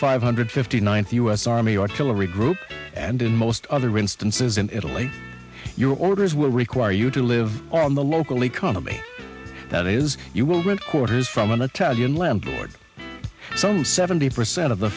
five hundred fifty ninth us army artillery group and in most other instances in italy your orders will require you to live on the local economy that is you will get quarters from an italian landlord some seventy percent of the